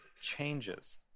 changes